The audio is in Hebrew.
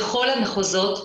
בכל המחוזות,